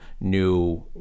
new